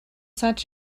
such